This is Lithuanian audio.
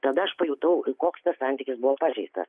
tada aš pajutau koks tas santykis buvo pažeistas